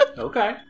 Okay